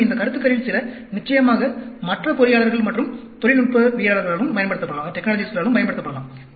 மேலும் இந்த கருத்துக்களில் சில நிச்சயமாக மற்ற பொறியாளர்கள் மற்றும் தொழில்நுட்பவியலாளர்களாலும் பயன்படுத்தப்படலாம்